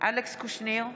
אלכס קושניר,